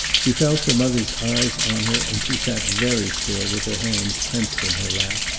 she felt her mother's eyes on her, and she sat very still with her hands clenched in her lap.